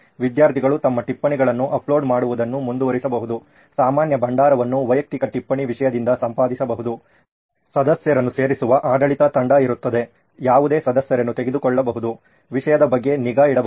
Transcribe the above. ವಿದ್ಯಾರ್ಥಿಗಳು ತಮ್ಮ ಟಿಪ್ಪಣಿಗಳನ್ನು ಅಪ್ಲೋಡ್ ಮಾಡುವುದನ್ನು ಮುಂದುವರಿಸಬಹುದು ಸಾಮಾನ್ಯ ಭಂಡಾರವನ್ನು ವೈಯಕ್ತಿಕ ಟಿಪ್ಪಣಿ ವಿಷಯದಿಂದ ಸಂಪಾದಿಸಬಹುದು ಸದಸ್ಯರನ್ನು ಸೇರಿಸುವ ಆಡಳಿತ ತಂಡ ಇರುತ್ತದೆ ಯಾವುದೇ ಸದಸ್ಯರನ್ನು ತೆಗೆದುಕೊಳ್ಳಬಹುದು ವಿಷಯದ ಬಗ್ಗೆ ನಿಗಾ ಇಡಬಹುದು